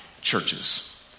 churches